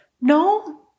No